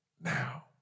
Now